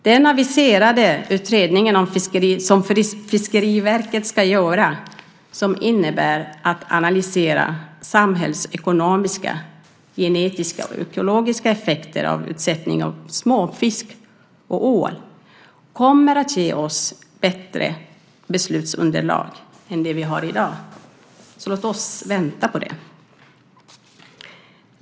Den aviserade utredningen som Fiskeriverket ska göra, som innebär att analysera samhällsekonomiska, genetiska och ekologiska effekter av utsättning av småfisk och ål, kommer att ge oss bättre beslutsunderlag än det vi har i dag. Låt oss vänta på det!